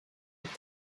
with